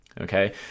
okay